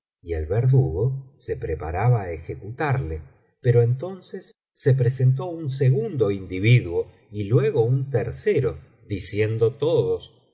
y el verdugo se preparaba á ejecutarle pero entonces se presentó un segundo individuo y luego un tercero diciendo todos